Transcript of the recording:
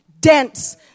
dense